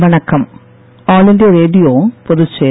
வணக்கம் all India Radio Puducherry